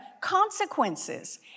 consequences